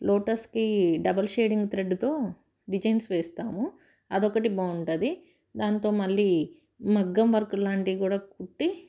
లోటస్కి double shading త్రెడ్తో designs వేస్తాము అది ఒకటి బాగుంటుంది దాంతో మళ్ళీ మగ్గం వర్క్ లాంటివి కూడా కుట్టి